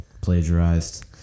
plagiarized